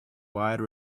wide